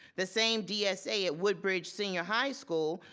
the same dsa at woodbridge senior high school,